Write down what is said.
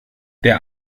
der